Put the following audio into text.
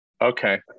Okay